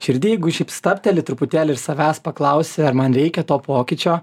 širdy jeigu šiaip stabteli truputėlį ir savęs paklausi ar man reikia to pokyčio